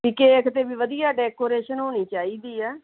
ਵੀ cake 'ਤੇ ਵੀ ਵਧੀਆ ਡੈਕੋਰੇਸ਼ਨ ਹੋਣੀ ਚਾਹੀਦੀ ਆ